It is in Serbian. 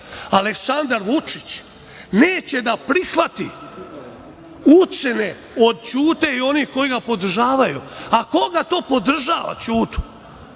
Aleksandar Vučić neće da prihvati ucene od Ćute i onih koji ga podržavaju.A ko ga to podržava? Ćutu?